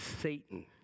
Satan